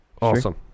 Awesome